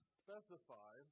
specify